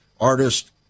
artist